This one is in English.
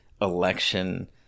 election